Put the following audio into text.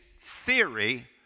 theory